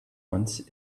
wants